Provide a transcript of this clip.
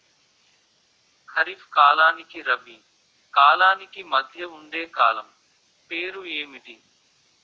ఖరిఫ్ కాలానికి రబీ కాలానికి మధ్య ఉండే కాలం పేరు ఏమిటి?